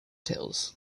tales